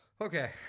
Okay